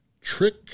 Trick